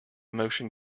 motion